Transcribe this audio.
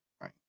right